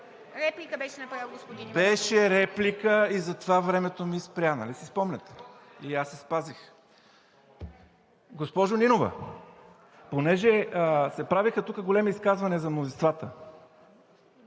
реплика. ХРИСТО ИВАНОВ (ДБ): Беше реплика и затова времето ми спря. Нали си спомняте? И аз си спазих… Госпожо Нинова, понеже се правеха тук големи изказвания за мнозинствата,